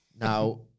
Now